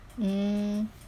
mm